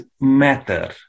matter